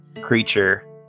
creature